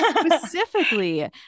specifically